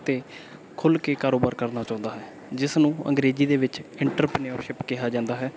ਅਤੇ ਖੁੱਲ੍ਹ ਕੇ ਕਾਰੋਬਾਰ ਕਰਨਾ ਚਾਹੁੰਦਾ ਹੈ ਜਿਸ ਨੂੰ ਅੰਗਰੇਜ਼ੀ ਦੇ ਵਿੱਚ ਇੰਟਰਪਨਰਸ਼ਿਪ ਕਿਹਾ ਜਾਂਦਾ ਹੈ